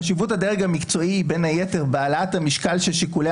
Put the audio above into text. חשיבות הדרג המקצועי היא בין היתר בהעלאת המשקל של שיקולי